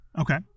Okay